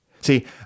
See